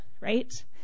right